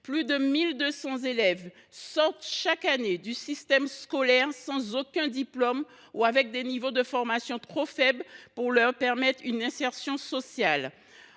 Plus de 1 200 élèves y sortent chaque année du système scolaire sans aucun diplôme ou avec des niveaux de formation trop faibles pour leur permettre une insertion sociale.